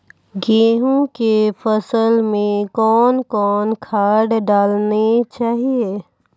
गेहूँ के फसल मे कौन कौन खाद डालने चाहिए?